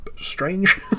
strange